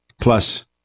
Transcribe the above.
plus